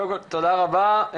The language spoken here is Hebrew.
תודה רבה.